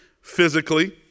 physically